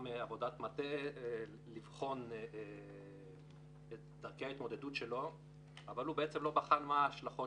עבודת מטה לבחון את דרכי ההתמודדות שלו אבל לא בחן מה ההשלכות